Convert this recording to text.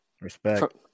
Respect